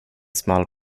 smal